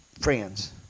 friends